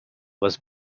was